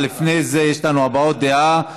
לפני זה, יש לנו הבעות דעה.